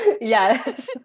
Yes